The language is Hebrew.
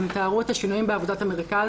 הן תיארו את השינויים בעבודת המרכז